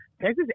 Texas